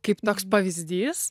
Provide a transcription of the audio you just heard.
kaip toks pavyzdys